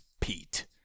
Pete